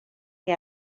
que